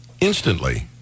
instantly